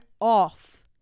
off